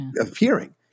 appearing